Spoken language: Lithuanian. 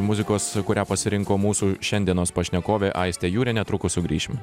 muzikos kurią pasirinko mūsų šiandienos pašnekovė aistė jūrė netrukus sugrįšim